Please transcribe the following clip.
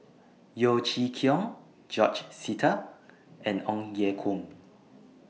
Yeo Chee Kiong George Sita and Ong Ye Kung